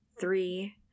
three